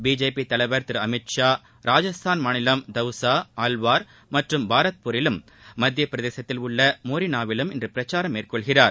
BJP தலைவர் திரு அமீத் ஷா ராஜஸ்தான் மாநிலம் தவ்சா அல்வார் மற்றும் பாரத்பூரிலும் மத்தியப்பிரதேசத்தில் உள்ள மோரினாவிலும் இன்று பிரச்சாரம் மேற்கொள்கிறார்